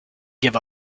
give